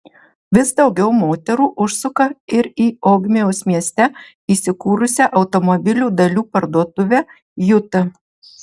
vis daugiau moterų užsuka ir į ogmios mieste įsikūrusią automobilių dalių parduotuvę juta